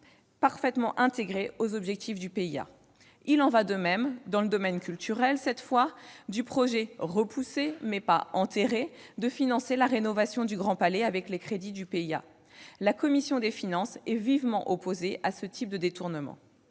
parfaitement intégré aux objectifs du PIA. Il en va de même, cette fois dans le domaine culturel, du projet, repoussé mais pas enterré, de financer la rénovation du Grand Palais par les crédits du PIA. La commission des finances est vivement opposée à ce type de détournements.